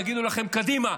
נגיד לכם: קדימה,